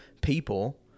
people